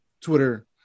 twitter